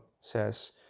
says